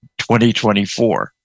2024